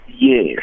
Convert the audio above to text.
Yes